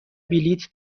بلیط